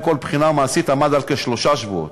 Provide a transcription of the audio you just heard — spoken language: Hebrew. כל בחינה מעשית עמד על כשלושה שבועות,